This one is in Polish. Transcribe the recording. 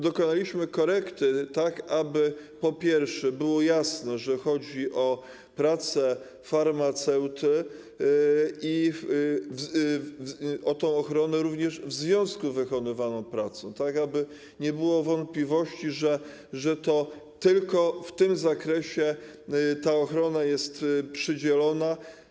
Dokonaliśmy korekty, tak aby, po pierwsze, było jasne, że chodzi o pracę farmaceuty i o ochronę w związku z wykonywaną pracą, tak aby nie było wątpliwości, że tylko w tym zakresie ochrona jest przydzielona.